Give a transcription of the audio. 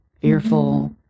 fearful